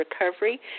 recovery